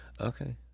okay